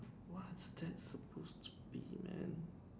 what is that supposed to be man